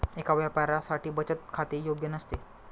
एका व्यापाऱ्यासाठी बचत खाते योग्य नसते